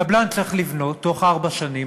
הקבלן צריך לבנות תוך ארבע שנים